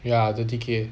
ya the ticket